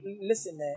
Listen